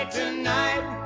tonight